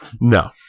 No